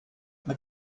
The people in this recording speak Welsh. mae